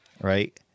Right